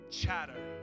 chatter